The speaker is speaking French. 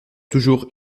toujours